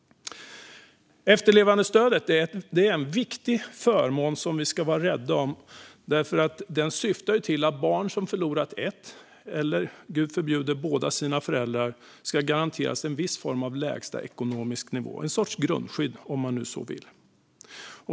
Efterlevandestödet är en viktig förmån som vi ska vara rädda om, för den syftar till att barn som förlorat en eller, Gud förbjude, båda sina föräldrar ska garanteras en viss form av lägsta ekonomisk nivå - en sorts grundskydd om man så vill.